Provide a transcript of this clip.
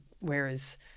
Whereas